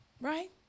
Right